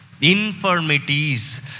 Infirmities